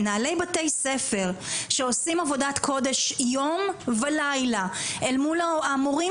מנהלי בתי ספר שעושים עבודת קודש יום ולילה אל מול המורים